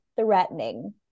threatening